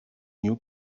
new